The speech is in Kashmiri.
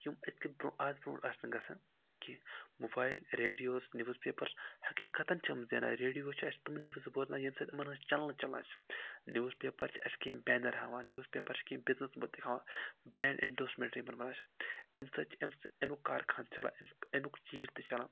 یِم أکِس برونٛہہ آز برونٛٹھ آسہِ نہٕ گژھان کینٛہہ موبایل ریڈیوٕز نِوٕز پیپٲرس حقیقَتَن چھِ أمۍ زینان ریڈیو چھِ اَسہِ تِمَن نِوٕز بولان ییٚمہِ سۭتۍ یِمَن ہٕنٛز چَنلہٕ چَلان چھِ نِوٕز پیپَر چھِ اَسہِ کینٛہہ بینَر ہاوان نِوٕز پیپَر چھِ کینٛہہ بِزنِس منٛز تہِ ہاوان برٛینٛڈ اِنڈوسمٮ۪نٛٹ یِمَن بَنان چھِ اَمہِ سۭتۍ چھِ اَمہِ سۭتۍ اَمیُک کارخان چَلان اَمہِ اَمیُک چیٖز تہِ چَلان